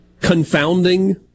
Confounding